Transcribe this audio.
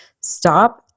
Stop